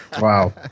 wow